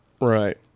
Right